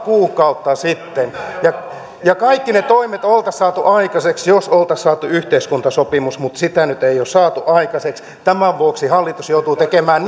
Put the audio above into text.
kuukautta sitten ja ja kaikki ne toimet oltaisiin saatu aikaiseksi jos oltaisiin saatu yhteiskuntasopimus mutta sitä nyt ei ole saatu aikaiseksi tämän vuoksi hallitus joutuu tekemään